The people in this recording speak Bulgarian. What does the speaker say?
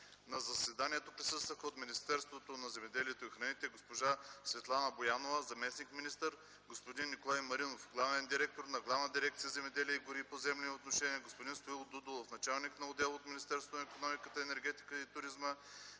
На заседанието присъстваха от Министерството на земеделието и храните: госпожа Светлана Боянова – заместник-министър, господин Николай Маринов – главен директор на Главна дирекция „Земеделие, гори и поземлени отношения”, господин Стоил Дудулов – началник на отдел; от Министерството на икономиката, енергетиката и туризма: